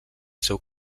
seu